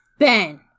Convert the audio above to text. Ben